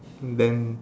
then